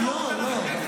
זו לא התשובה.